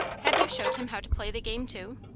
have you showed him how to play the game, too?